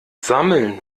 sammeln